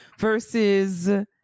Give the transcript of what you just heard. versus